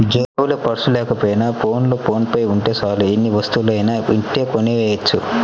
జేబులో పర్సు లేకపోయినా ఫోన్లో ఫోన్ పే ఉంటే చాలు ఎన్ని వస్తువులనైనా ఇట్టే కొనెయ్యొచ్చు